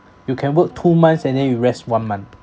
you can work two months and then you rest one month